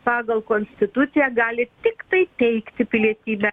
pagal konstituciją gali tiktai teikti pilietybę